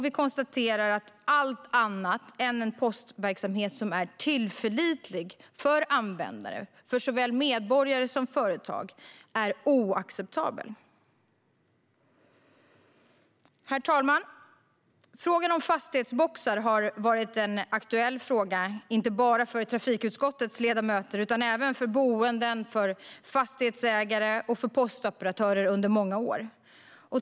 Vi konstaterar att allt annat än en postverksamhet som är tillförlitlig för användare - såväl medborgare som företag - är oacceptabelt. Herr talman! Frågan om fastighetsboxar har under många år varit aktuell, inte bara för trafikutskottets ledamöter utan även för boende, fastighetsägare och postoperatörer.